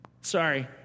Sorry